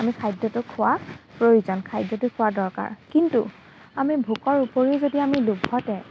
আমি খাদ্যটো খোৱা প্ৰয়োজন খাদ্যটো খোৱাৰ দৰকাৰ কিন্তু আমি ভোকৰ উপৰিও যদি আমি লোভতে